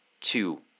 Two